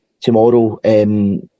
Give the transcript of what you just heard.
tomorrow